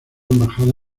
embajada